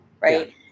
right